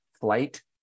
Flight